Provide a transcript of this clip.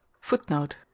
Footnote